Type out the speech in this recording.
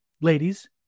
ladies